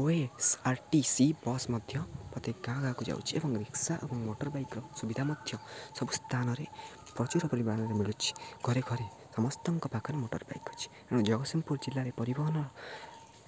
ଓ S R T C bus ମଧ୍ୟ ପ୍ରତ୍ୟେକ ଗାଁ ଗାଁକୁ ଯାଉଛି ଏବଂ ରିକ୍ସା ଏବଂ ମୋଟରବାଇକ୍ର ସୁବିଧା ମଧ୍ୟ ସବୁ ସ୍ଥାନରେ ପ୍ରଚୁର ପରିମାଣରେ ମିଳୁଛି ଘରେ ଘରେ ସମସ୍ତଙ୍କ ପାଖରେ ମୋଟର ବାଇକ୍ ଅଛି ତେଣୁ ଜଗତସିଂହପୁର ଜିଲ୍ଲାରେ ପରିବହନ